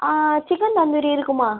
ஆ chicken tandoori இருக்குமா